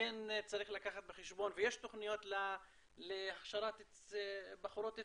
כן צריך לקחת בחשבון ויש תוכניות להכשרת בחורות צעירות,